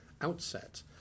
outset